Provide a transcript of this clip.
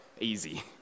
easy